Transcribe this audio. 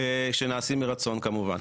מרצון כמובן.